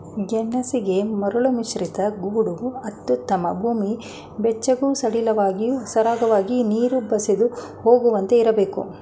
ಗೆಣಸಿಗೆ ಮರಳುಮಿಶ್ರಿತ ಗೋಡು ಅತ್ಯುತ್ತಮ ಭೂಮಿ ಬೆಚ್ಚಗೂ ಸಡಿಲವಾಗಿ ಸರಾಗವಾಗಿ ನೀರು ಬಸಿದು ಹೋಗುವಂತೆ ಇರ್ಬೇಕು